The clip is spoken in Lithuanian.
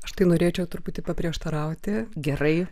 aš tai norėčiau truputį paprieštarauti gerai